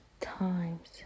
times